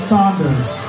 Saunders